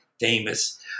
famous